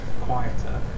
quieter